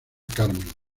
carmen